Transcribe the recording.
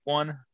one